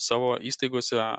savo įstaigose